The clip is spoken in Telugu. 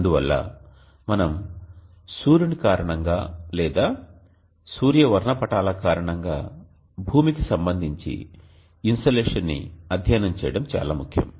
అందువల్ల మనం సూర్యుని కారణంగా లేదా సూర్య వర్ణపటాల కారణంగా భూమికి సంబంధించి ఇన్సోలేషన్ ని అధ్యయనం చేయడం చాలా ముఖ్యం